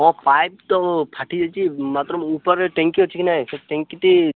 ହଁ ପାଇପ୍ ତ ଫାଟି ଯାଇଛି ମାତ୍ର ଉପରେ ଟାଙ୍କି ଅଛି କି ନାହିଁ ସେ ଟାଙ୍କି ଟି